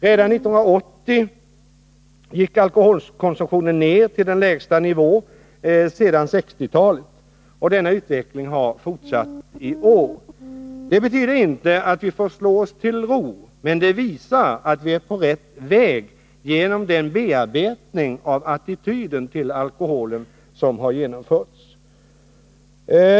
Redan 1980 gick alkoholkonsumtionen ner till den lägsta nivån sedan 1960-talet. Denna utveckling har fortsatt i år. Det betyder inte att vi får slå oss till ro, men det visar att vi är på rätt väg genom den bearbetning av attityden till alkohol som har genomförts.